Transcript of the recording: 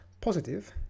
positive